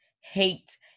hate